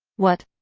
what?